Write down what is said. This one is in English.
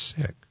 sick